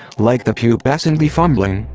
like the pubescently fumbling,